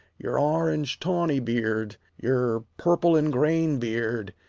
your orange-tawny beard, your purple-in-grain beard,